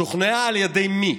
שוכנעה, על ידי מי?